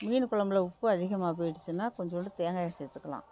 மீன் குழம்புல உப்பு அதிகமாக போயிடுச்சின்னா கொஞ்சோண்டு தேங்காயை சேர்த்துக்கலாம்